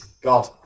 God